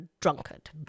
drunkard